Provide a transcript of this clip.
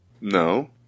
No